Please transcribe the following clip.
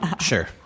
Sure